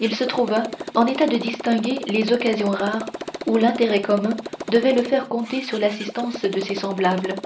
il se trouva en état de distinguer les occasions rares où l'intérêt commun devait le faire compter sur l'assistance de ses semblables